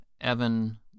Evan